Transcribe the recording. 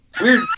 Weird